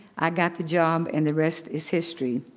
i got the job, and the rest is history.